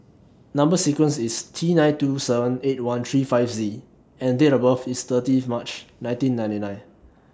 Number sequence IS T nine two seven eight one three five Z and Date of birth IS thirtieth March nineteen ninety nine